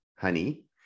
honey